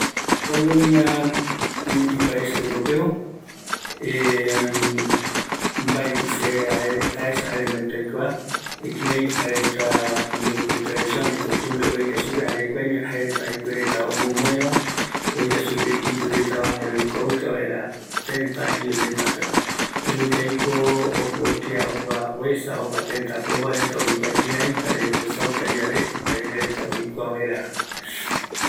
Kuabpolonia jaevi europeo, mbaetɨ yaesa jare yaikua kïräiko jae reta jekuaeño jekoreta omomoeva jare oikuauka opaeterupi, yaikua nvaera